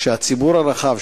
שהציבור הרחב,